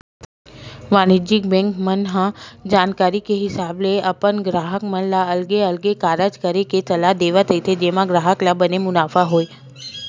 वाणिज्य बेंक मन ह जानकारी के हिसाब ले अपन गराहक मन ल अलगे अलगे कारज करे के सलाह देवत रहिथे जेमा ग्राहक ल बने मुनाफा होय